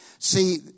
See